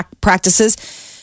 practices